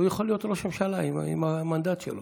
הוא יכול להיות ראש ממשלה עם המנדט שלו.